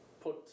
put